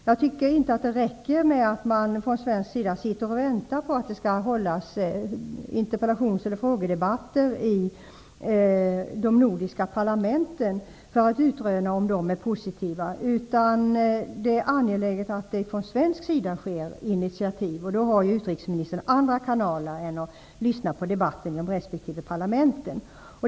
Jag tycker inte att det räcker med att man från svensk sida sitter och väntar på att det skall hållas interpellations eller frågedebatter i de nordiska parlamenten för att utröna om de är positiva, utan det är angeläget att det från svensk sida sker initiativ. Utrikesministern har ju andra kanaler än att lyssna på debatten i resp. parlament.